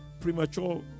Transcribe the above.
premature